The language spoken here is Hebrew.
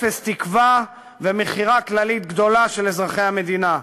אפס תקווה, ומכירה כללית גדולה של אזרחי המדינה.